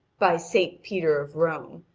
by saint peter of rome!